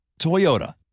Toyota